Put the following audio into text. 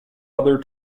other